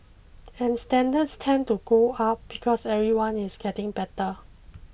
and standards tend to go up because everyone is getting better